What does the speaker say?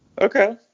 Okay